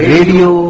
Radio